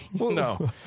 No